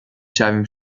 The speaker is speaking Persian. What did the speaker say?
شویم